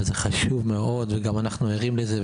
וזה חשוב מאוד ואנחנו ערים לזה,